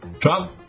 Trump